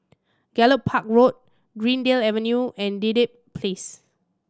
Gallop Park Road Greendale Avenue and Dedap Place